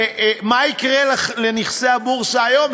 ומה יקרה לנכסי הבורסה היום?